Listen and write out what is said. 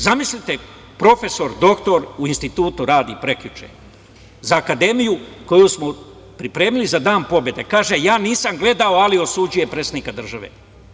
Zamislite profesor doktora u institutu radi, prekjuče, za akademiju koju smo pripremili za Dan pobede, kaže – ja nisam gledao, ali osuđuje predsednika države.